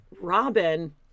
Robin